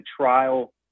trial